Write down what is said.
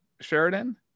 Sheridan